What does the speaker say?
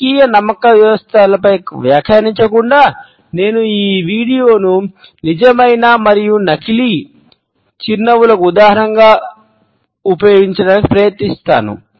రాజకీయ నమ్మక వ్యవస్థలపై వ్యాఖ్యానించకుండా నేను ఈ వీడియోను నిజమైన మరియు నకిలీ చిరునవ్వులకు ఉదాహరణగా ఉపయోగించటానికి ప్రయత్నించాను